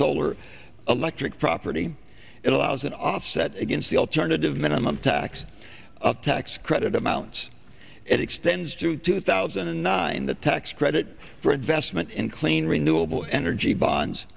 solar electric property it allows an offset against the alternative minimum tax of tax credit amounts it extends through two thousand and nine the tax credit for investment in clean renewable energy bonds